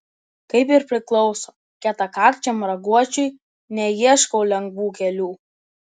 kaip ir priklauso kietakakčiam raguočiui neieškau lengvų kelių